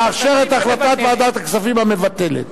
לאשר את החלטת ועדת הכספים המבטלת.